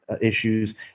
issues